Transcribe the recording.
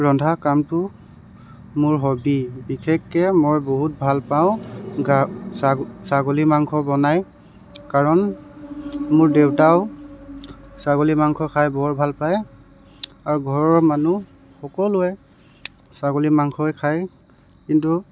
ৰন্ধা কামটো মোৰ হবী বিশেষকৈ মই বহুত ভাল পাওঁ গা ছা ছাগলী মাংস বনাই কাৰণ মোৰ দেউতাও ছাগলী মাংস খাই বৰ ভাল পায় আৰু ঘৰৰ মানুহ সকলোৱে ছাগলী মাংসই খায় কিন্তু